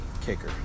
kicker